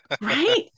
Right